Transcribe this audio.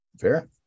Fair